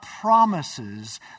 promises